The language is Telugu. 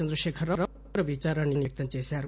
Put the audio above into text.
చంద్రశేఖరరావు తీవ్ర విచారాన్ని వ్యక్తంచేశారు